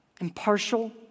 impartial